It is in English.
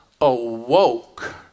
awoke